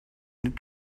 need